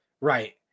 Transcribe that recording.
Right